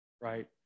right